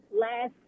last